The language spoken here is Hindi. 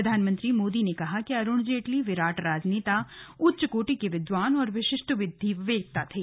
प्रधानमंत्री मोदी ने कहा कि अरुण जेटली विराट राजनेता उच्च कोटि के विद्वान और विशिष्ट विधिवेत्ता थे